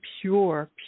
pure